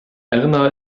erna